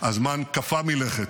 הזמן קפא מלכת.